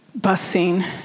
busing